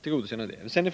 förbättringar i framtiden.